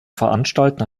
veranstalten